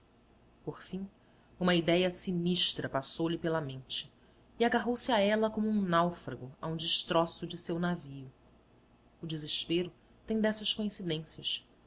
por fim uma idéia sinistra passou-lhe pela mente e agarrou-se a ela como um náufrago a um destroço de seu navio o desespero tem dessas coincidências